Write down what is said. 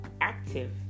active